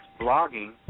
blogging